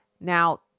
Now